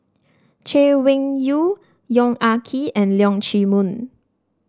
Chay Weng Yew Yong Ah Kee and Leong Chee Mun